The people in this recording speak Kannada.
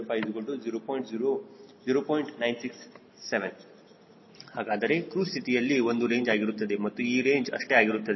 967 ಹಾಗಾದರೆ ಕ್ರೂಜ್ ಸ್ಥಿತಿಯಲ್ಲಿ ಇದು ರೇಂಜ್ ಆಗಿರುತ್ತದೆ ಮತ್ತು ಈ ರೇಂಜ್ ಅಷ್ಟೇ ಆಗಿರುತ್ತದೆ